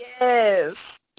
Yes